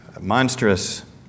monstrous